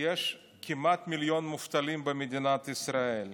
יש כמעט מיליון מובטלים במדינת ישראל.